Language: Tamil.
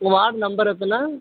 உங்கள் வார்டு நம்பர் எத்தனை